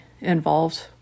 involved